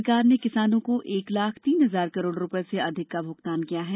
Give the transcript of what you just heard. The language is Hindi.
सरकार ने किसानों को एक लाख तीन हजार करोड़ रुपये से अधिक का भुगतान किया है